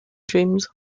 dreams